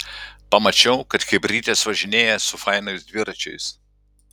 pamačiau kad chebrytės važinėja su fainais dviračiais